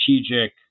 strategic